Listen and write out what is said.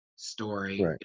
Story